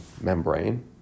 membrane